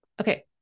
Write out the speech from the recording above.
Okay